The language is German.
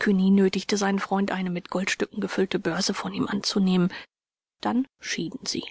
cugny nötigte seinen freund eine mit goldstücken gefüllte börse von ihm anzunehmen dann schieden sie